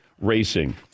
racing